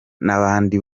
n’abandi